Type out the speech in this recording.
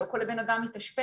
לא כל בן אדם מתאשפז.